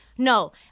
No